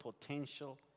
potential